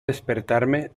despertarme